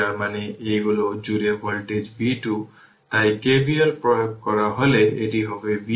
তারপর i 0 হল 1 এবং i 2 0 দেওয়া হয়েছে 1 অ্যাম্পিয়ার অতএব i 1 0 প্রাথমিক কন্ডিশন যা প্রাথমিক কারেন্ট যা 2 মিলিঅ্যাম্পিয়ার L eq এর সমান